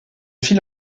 fil